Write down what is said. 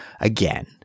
again